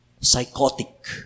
Psychotic